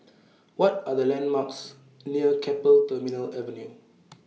What Are The landmarks near Keppel Terminal Avenue